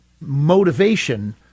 motivation